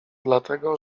dlatego